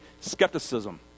skepticism